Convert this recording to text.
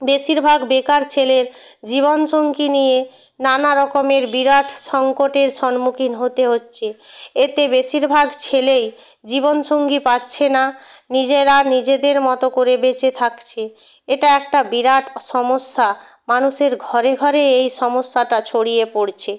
বেশিরভাগ বেকার ছেলের জীবন সঙ্গী নিয়ে নানা রকমের বিরাট সংকটের সম্মুখীন হতে হচ্ছে এতে বেশিরভাগ ছেলেই জীবন সঙ্গী পাচ্ছে না নিজেরা নিজেদের মতো করে বেঁচে থাকছে এটা একটা বিরাট সমস্যা মানুষের ঘরে ঘরে এই সমস্যাটা ছড়িয়ে পড়ছে